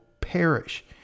perish